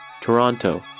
Toronto